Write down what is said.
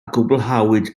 gwblhawyd